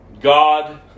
God